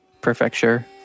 Prefecture